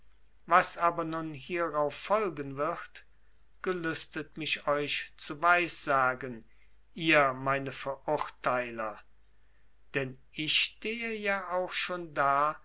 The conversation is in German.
was aber nun hierauf folgen wird gelüstet mich euch zu weissagen ihr meine verurteiler denn ich stehe ja auch schon da